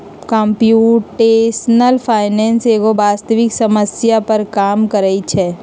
computational finance एगो वास्तविक समस्या पर काज करइ छै